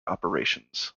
operations